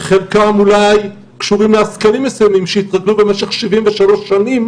חלקם אולי קשורים לעסקנים מסוימים שהתרגלו במשך 73 שנים